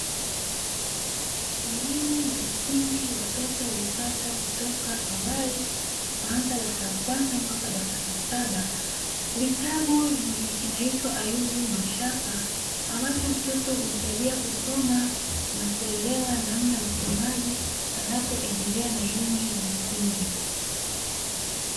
Elimu ya msingi watoto huipata kutoka awali kuanza darasa la kwanza mpaka darasa la saba. vitabu vinaitwa ayubu mashaka ambacho mtoto husaidia kusoma na kuelewa namna ya usomaji anapoendelea na elimu hiyo ya msingi.